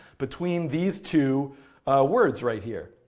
between these two words right here.